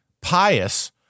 pious